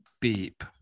beep